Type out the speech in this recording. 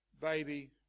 baby